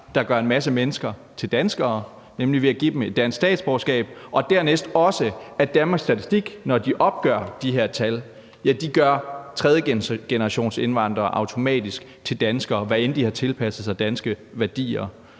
der gør en masse mennesker til danskere, nemlig ved at give dem et dansk statsborgerskab, og dernæst også, at Danmarks Statistik, når de opgør de her tal, automatisk gør tredjegenerationsindvandrere til danskere, hvad end de har tilpasset sig danske værdier